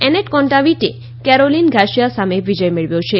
એનેટ Kontaveit Caroline Garcia સામે વિજય મેળવ્યો છે